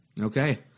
Okay